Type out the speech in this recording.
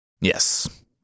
Yes